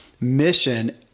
mission